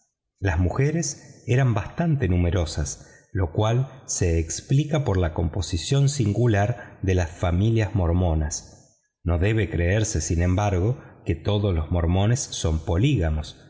las mujeres eran bastante numerosas lo cual se explica por la composición singular de las familias mormonas no debe creerse sin embargo que todos los mormones son polígamos